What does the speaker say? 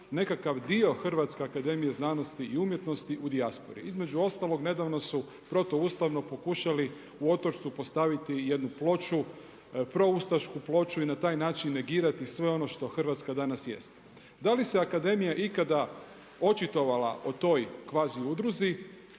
nekakav dio HAZU-a u dijaspori. Između ostalog, nedavno su protuustavno pokušali u Otočcu postaviti jednu ploču, proustašku ploču i na taj način negirati sve ono što Hrvatska danas jest. Da li se akademija ikada očitovala o toj kvazi udruzi,